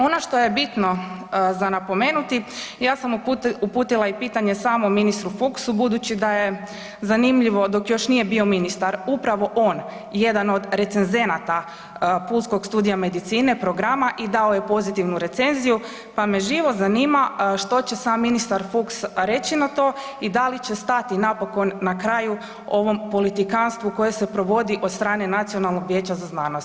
Ono što je bitno za napomenuti, ja sam uputila i pitanje samom ministru Fuchsu budući da je zanimljivo dok još nije bio ministar upravo on jedan od recenzenata pulskog studija medicine, programa i dao je pozitivnu recenziju pa me živo zanima što će sam ministar Fuchs reći na to i da li će stati napokon na kraju ovom politikantstvu koje se provodi od strane Nacionalnog vijeća za znanost.